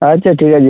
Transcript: আচ্ছা ঠিক আছে